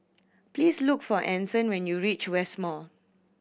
please look for Anson when you reach West Mall